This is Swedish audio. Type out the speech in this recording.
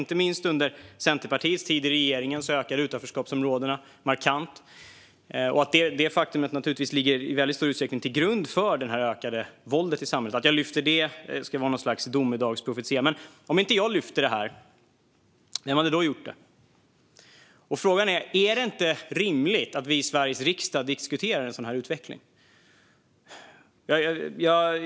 Inte minst under Centerpartiets tid i regeringen ökade utanförskapsområdena markant. Detta faktum ligger naturligtvis i väldigt stor utsträckning till grund för det ökade våldet i samhället. När jag lyfter fram det skulle det alltså vara något slags domedagsprofetia. Men om inte jag hade lyft fram det här, vem hade då gjort det? Är det inte rimligt att vi i Sveriges riksdag diskuterar en sådan utveckling?